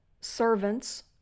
servants